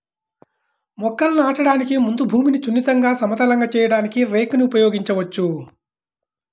మొక్కలను నాటడానికి ముందు భూమిని సున్నితంగా, సమతలంగా చేయడానికి రేక్ ని ఉపయోగించవచ్చు